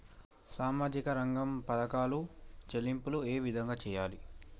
సామాజిక రంగ పథకాలలో చెల్లింపులు ఏ విధంగా చేయాలి?